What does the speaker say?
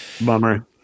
Bummer